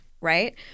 Right